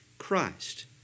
Christ